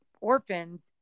orphans